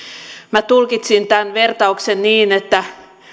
minä tulkitsin tämän vertauksen niin että